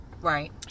Right